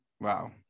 wow